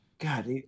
god